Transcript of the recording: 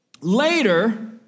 later